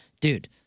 dude